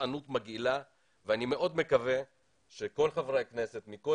גזענות מגעילה ואני מאוד מקווה שכל חברי הכנסת מכל